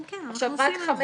כן, אנחנו עושים את זה.